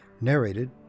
Narrated